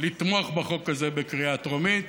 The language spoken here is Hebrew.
לתמוך בחוק הזה בקריאה הטרומית